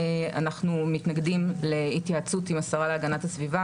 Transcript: אנחנו מתנגדים להתייעצות עם השרה להגנת הסביבה.